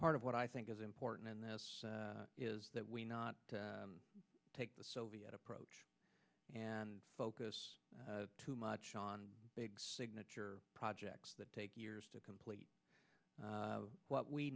part of what i think is important and that is that we not take the soviet approach and focus too much on big signature projects that take years to complete what we